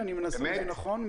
נכון.